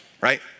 right